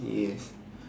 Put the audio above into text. yes